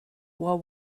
while